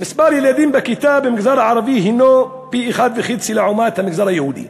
מספר הילדים בכיתה במגזר הערבי הנו פי-1.5 לעומת המגזר היהודי.